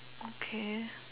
okay